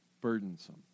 burdensome